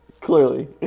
Clearly